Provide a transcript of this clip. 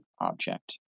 object